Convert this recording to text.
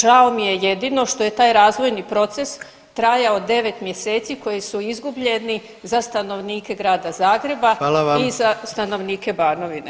Žao mi je jedino što je taj razvojni proces trajao 9 mjeseci koji su izgubljeni za stanovnike Grada Zagreba [[Upadica: Hvala vam.]] i za stanovnike Banovine.